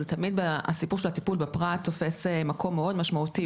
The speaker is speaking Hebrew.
הסיפור בטיפול בפרט תמיד תופס מקום מאוד משמעותי.